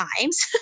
times